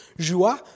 joie